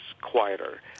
quieter